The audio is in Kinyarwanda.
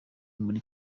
muri